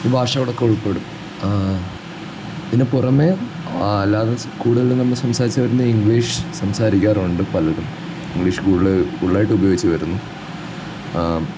ഈ ഭാഷകളൊക്കെ ഉൾപ്പെടും ഇതിന് പുറമേ അല്ലാതെ സ്കൂളുകളിൽ നമ്മൾ സംസാരിച്ചുവരുന്ന ഇംഗ്ലീഷ് സംസാരിക്കാറുണ്ട് പലരും ഇംഗ്ലീഷ് കൂടുതല് കൂടുതലായിട്ട് ഉപയോഗിച്ച് വരുന്നു